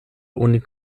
oni